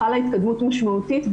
חלה התקדמות משמעותית,